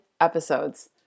episodes